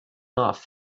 off